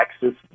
Texas